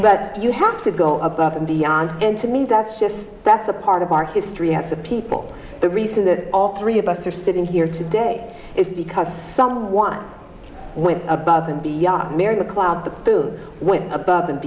but you have to go above and beyond and to me that's just that's a part of our history has a people the reason that all three of us are sitting here today is because someone went above and beyond mary to cloud the food went above and